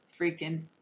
freaking